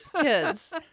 kids